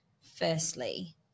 firstly